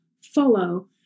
follow